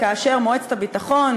כאשר מועצת הביטחון,